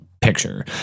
picture